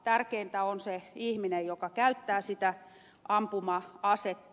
tärkeintä on se ihminen joka käyttää sitä ampuma asetta